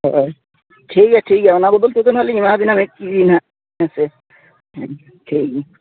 ᱦᱳᱭ ᱴᱷᱤᱠᱜᱮᱭᱟ ᱴᱷᱤᱠᱜᱮᱭᱟ ᱚᱱᱟ ᱵᱚᱫᱚᱞᱛᱮᱫᱚ ᱱᱟᱦᱟᱜᱞᱤᱧ ᱮᱢᱟᱵᱮᱱᱟ ᱢᱤᱫ ᱦᱟᱜ ᱦᱮᱸ ᱥᱮ ᱦᱮᱸ ᱴᱷᱤᱠᱜᱮᱭᱟ